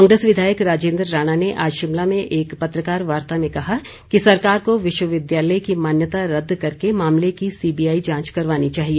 कांग्रेस विधायक राजेंद्र राणा ने आज शिमला में एक पत्रकार वार्ता में कहा कि सरकार को विश्वविद्यालय की मान्यता रदद करके मामले की सीबीआई जांच करवानी चाहिए